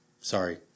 sorry